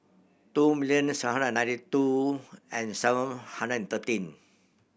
two million seven hundred ninety two and seven hundred and thirteen